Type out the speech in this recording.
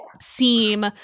seem